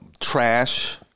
Trash